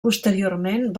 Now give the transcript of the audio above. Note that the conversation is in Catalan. posteriorment